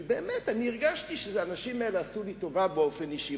כי באמת הרגשתי שהאנשים האלה עשו לי טובה באופן אישי,